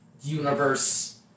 universe